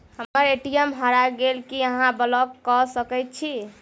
हम्मर ए.टी.एम हरा गेल की अहाँ ब्लॉक कऽ सकैत छी?